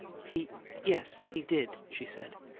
he yes, he did, she said.